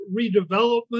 redevelopment